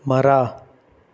ಮರ